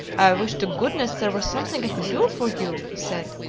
i wish to goodness there was something i could do for you, he said.